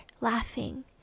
laughing